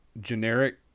generic